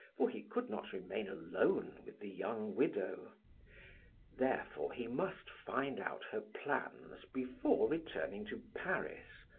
for he could not remain alone with the young widow therefore he must find out her plans before returning to paris,